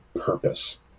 purpose